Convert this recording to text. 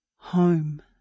Home